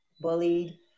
bullied